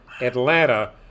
Atlanta